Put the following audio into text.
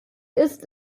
ist